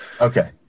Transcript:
Okay